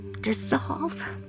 dissolve